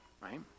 right